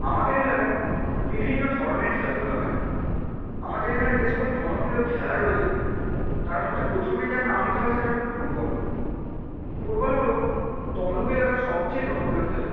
আমাদের এলাকায় বিভিন্ন ধরনের খেলাধূলা হয় আমাদের এখানে যে সকল জনপ্রিয় খেলা রয়েছে তার মধ্যে প্রথমেই যার নাম নিতে হবে সেটা হলো ফুটবল ফুটবল হলো তমলুক এলাকার সবচেয়ে জনপ্রিয় খেলা